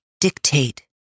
dictate